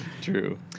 True